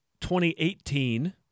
2018